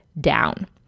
down